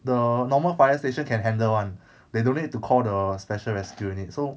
the normal fire station can handle one they don't need to call the special rescue unit so